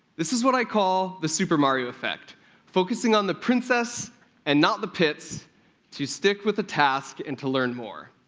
this is what i call the super mario effect focusing on the princess and not the pits to stick with a task and to learn more.